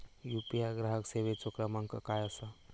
UPI ग्राहक सेवेचो क्रमांक काय असा?